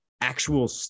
actual